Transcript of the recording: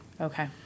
Okay